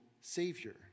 Savior